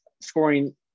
scoring